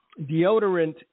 deodorant